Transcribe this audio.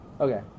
Okay